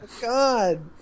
God